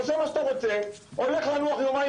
עושה מה שאתה רוצה הולך לנוח יומיים